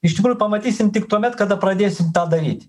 iš tikrųjų pamatysim tik tuomet kada pradėsim tą daryt